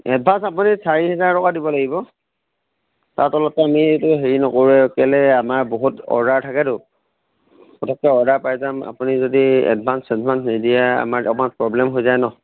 advance আপুনি চাৰি হেজাৰ টকা দিব লাগিব তাৰ তলত আমিতো হেৰি নকৰোৱে কেলে আমাৰ বহুত অৰ্ডাৰ থাকেতো পটককৈ অৰ্ডাৰ পাই যাম আপুনি যদি এডভান্স চেডভান্স নিদিয়ে আমাৰ অলপমান প্ৰব্লেম হৈ যায় ন